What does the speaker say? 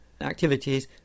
activities